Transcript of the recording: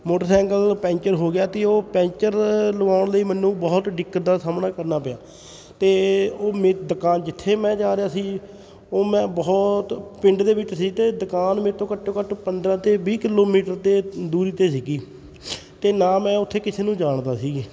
motorcycle puncture ਹੋ ਗਿਆ ਸੀ ਉਹ ਪੈਂਚਰ ਲਵਾਉਣ ਲਈ ਮੈਨੂੰ ਬਹੁਤ ਦਿੱਕਤ ਦਾ ਸਾਹਮਣਾ ਕਰਨਾ ਪਿਆ ਅਤੇ ਉਹ ਮੇ ਦੁਕਾਨ ਜਿੱਥੇ ਮੈਂ ਜਾ ਰਿਹਾ ਸੀ ਉਹ ਮੈਂ ਬਹੁਤ ਪਿੰਡ ਦੇ ਵਿੱਚ ਸੀ ਅਤੇ ਦੁਕਾਨ ਮੇਰੇ ਤੋਂ ਘੱਟੋ ਘੱਟ ਪੰਦਰ੍ਹਾਂ ਮੇਰੇ ਵੀਹ ਕਿਲੋਮੀਟਰ 'ਤੇ ਦੂਰੀ 'ਤੇ ਸੀਗੀ ਅਤੇ ਨਾ ਮੈਂ ਉੱਥੇ ਕਿਸੇ ਨੂੰ ਜਾਣਦਾ ਸੀ